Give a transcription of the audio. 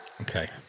Okay